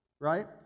right